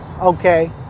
Okay